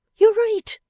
you're right.